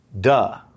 duh